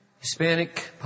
Hispanic